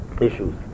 issues